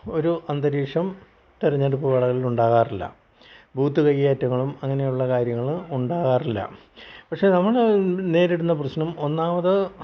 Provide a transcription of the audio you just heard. ഒരു അന്തരീക്ഷം തിരഞ്ഞെടുപ്പ് വേളകളിൽ ഉണ്ടാകാറില്ല ബൂത്ത് കയ്യേറ്റങ്ങളും അങ്ങിനെയുള്ള കാര്യങ്ങളും ഉണ്ടാകാറില്ല പക്ഷേ നമ്മൾ നേരിടുന്ന പ്രശ്നം ഒന്നാമത്